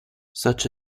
such